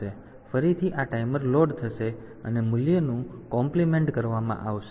તેથી ફરીથી આ ટાઈમર લોડ થશે અને મૂલ્યનું કોમ્પ્લીમેન્ટ કરવામાં આવશે